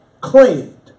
claimed